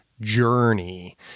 journey